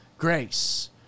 grace